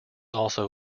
also